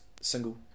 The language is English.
single